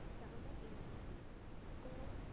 government, agencies, school,